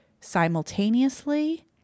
simultaneously